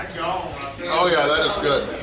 and oh yeah, that is good!